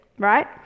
Right